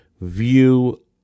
view